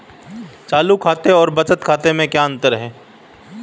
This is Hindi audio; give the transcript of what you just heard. चालू खाते और बचत खाते में क्या अंतर है?